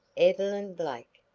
evelyn blake!